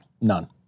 None